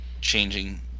changing